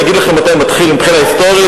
אני אגיד לכם מתי מתחיל מבחינה היסטורית?